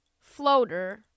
floater